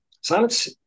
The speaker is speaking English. Silence